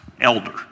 elder